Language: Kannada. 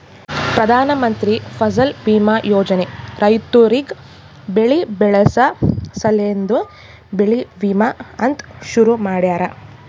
ಪ್ರಧಾನ ಮಂತ್ರಿ ಫಸಲ್ ಬೀಮಾ ಯೋಜನೆ ರೈತುರಿಗ್ ಬೆಳಿ ಬೆಳಸ ಸಲೆಂದೆ ಬೆಳಿ ವಿಮಾ ಅಂತ್ ಶುರು ಮಾಡ್ಯಾರ